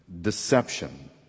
deception